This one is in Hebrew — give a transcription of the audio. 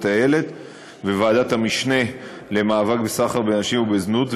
הילד וועדת המשנה למאבק בסחר בנשים ובזנות.